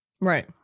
right